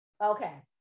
Okay